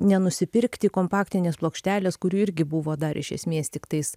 nenusipirkti kompaktinės plokštelės kuri irgi buvo dar iš esmės tiktais